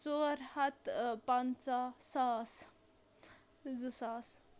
ژور ہَتھ پَنژاہ ساس زٕ ساس